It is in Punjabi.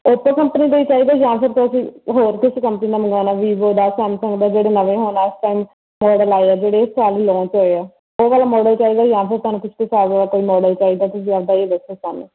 ਓਪੋ ਕੰਪਨੀ ਦੇ ਹੀ ਚਾਹੀਦੇ ਜਾਂ ਫਿਰ ਤੁਸੀਂ ਹੋਰ ਕਿਸੇ ਕੰਪਨੀ ਦਾ ਮੰਗਵਾਉਣਾ ਵੀਵੋ ਦਾ ਸੈਮਸੰਗ ਦਾ ਜਿਹੜੇ ਨਵੇਂ ਹੁਣ ਇਸ ਟਾਈਮ ਮੋਡਲ ਆਏ ਆ ਜਿਹੜੇ ਇਸ ਟਾਈਮ ਹੀ ਲੋਂਚ ਹੋਏ ਆ ਉਹ ਵਾਲਾ ਮਾਡਲ ਚਾਹੀਦਾ ਜਾਂ ਫਿਰ ਤੁਹਾਨੂੰ ਕੁਛ ਕੁਛ ਆ ਗਿਆ ਕੋਈ ਮੋਡਲ ਚਾਹੀਦਾ ਤੁਸੀਂ ਆਪਦਾ ਇਹ ਦੱਸੋ ਸਾਨੂੰ